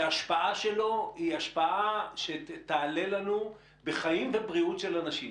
שההשפעה שלו היא השפעה שתעלה לנו בחיים ובבריאות של אנשים.